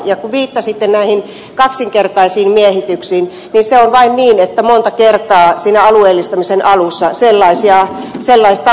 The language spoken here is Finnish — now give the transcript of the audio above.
ja kun viittasitte näihin kaksinkertaisiin miehityksiin niin se on vain niin että monta kertaa siinä alueellistamisen alussa sellaista on